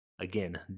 Again